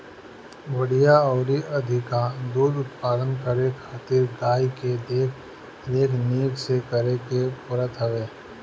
बढ़िया अउरी अधिका दूध उत्पादन करे खातिर गाई के देख रेख निक से करे के पड़त हवे